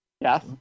Yes